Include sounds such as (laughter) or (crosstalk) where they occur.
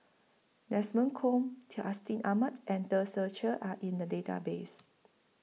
Desmond Kon (unintelligible) Amat and Tan Ser Cher Are in The Database